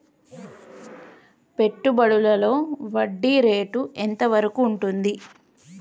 పెట్టుబడులలో వడ్డీ రేటు ఎంత వరకు ఉంటది?